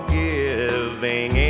giving